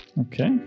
Okay